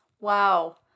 Wow